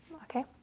okay.